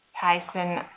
Tyson